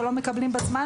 או לא מקבלים בזמן,